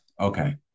okay